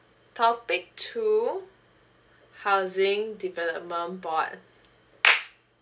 topic two housing development board